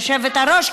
היושבת-ראש,